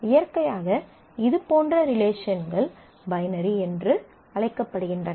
இயற்கையாக இதுபோன்ற ரிலேஷன்கள் பைனரி என்று அழைக்கப்படுகின்றன